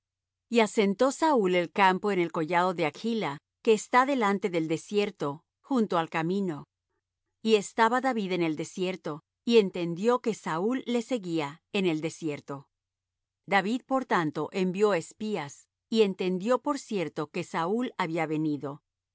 y asentó saúl el campo en el collado de hachla que está delante del desierto junto al camino y estaba david en el desierto y entendió que saúl le seguía en el desierto david por tanto envió espías y entendió por cierto que saúl había venido